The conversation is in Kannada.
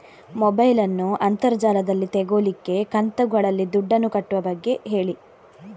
ಮೊಬೈಲ್ ನ್ನು ಅಂತರ್ ಜಾಲದಲ್ಲಿ ತೆಗೋಲಿಕ್ಕೆ ಕಂತುಗಳಲ್ಲಿ ದುಡ್ಡನ್ನು ಕಟ್ಟುವ ಬಗ್ಗೆ ಹೇಳಿ